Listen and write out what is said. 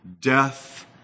death